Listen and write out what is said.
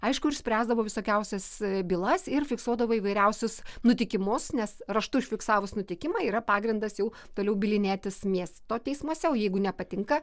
aišku ir spręsdavo visokiausias bylas ir fiksuodavo įvairiausius nutikimus nes raštu užfiksavus nutikimą yra pagrindas jau toliau bylinėtis miesto teismuose o jeigu nepatinka